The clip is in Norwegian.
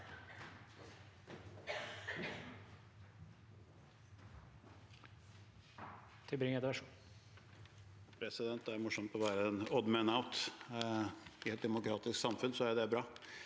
Det er morsomt å være en «odd man out». I et demokratisk samfunn er jo det bra.